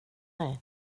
dig